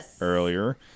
earlier